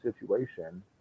situation